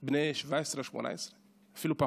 בני 17 18, אפילו פחות.